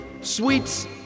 sweets